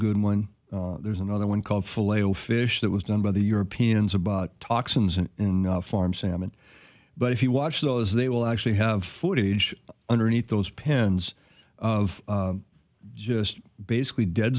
good one there's another one called fillet o fish that was done by the europeans about toxins and in farm salmon but if you watch those they will actually have footage underneath those pens of just basically dead